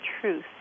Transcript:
truth